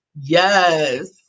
Yes